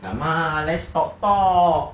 come ah let's talk talk